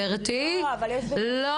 אבל יש את ועדת חינוך.